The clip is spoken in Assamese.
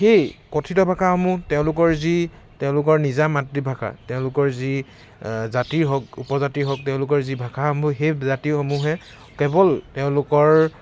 সেই কথিত ভাষাসমূহ তেওঁলোকৰ যি তেওঁলোকৰ নিজা মাতৃভাষা তেওঁলোকৰ যি জাতিৰ হওঁক উপজাতিৰ হওঁক তেওঁলোকৰ যি ভাষাসমূহ সেই জাতিসমূহে কেৱল তেওঁলোকৰ